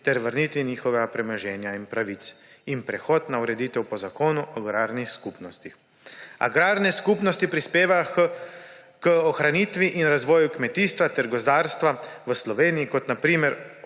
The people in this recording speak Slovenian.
ter vrnitvi njihovega premoženja in pravic ter prehod na ureditev po Zakonu o agrarnih skupnostih. Agrarne skupnosti prispevajo k ohranitvi in razvoju kmetijstva ter gozdarstva v Sloveniji kot na primer